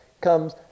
comes